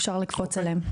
אפשר לקפוץ עליהם.